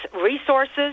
resources